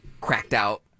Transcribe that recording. cracked-out